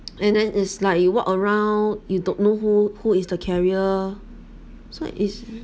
and then is like you walk around you don't know who who is the carrier so is